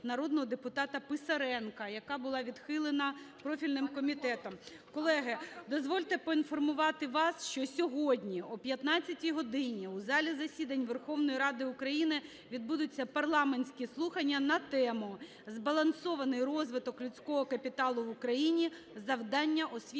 народного депутата Писаренка, яка була відхилена профільним комітетом. Колеги, дозвольте поінформувати вас, що сьогодні о 15 годині в залі засідань Верховної Ради України відбудуться парламентські слухання на тему: "Збалансований розвиток людського капіталу в Україні: завдання освіти